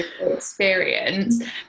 experience